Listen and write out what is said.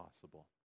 possible